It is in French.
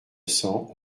cents